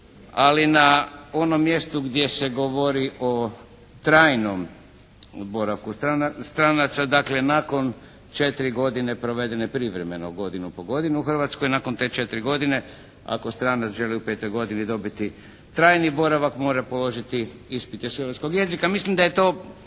ali na onom mjestu gdje se govori o trajnom boravku stranaca, dakle nakon četiri godine provedene privremeno godinu po godinu u Hrvatskoj, nakon te četiri godine ako stranac želi u petoj godini dobiti trajni boravak mora položiti ispit iz hrvatskog jezika. Mislim da je to